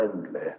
friendly